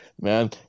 man